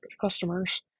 customers